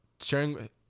sharing